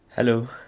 Hello